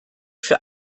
für